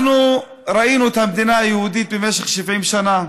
אנחנו ראינו את המדינה היהודית במשך 70 שנה.